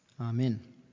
Amen